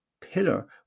Pillar